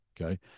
okay